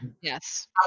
Yes